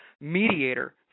mediator